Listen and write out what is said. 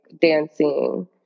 dancing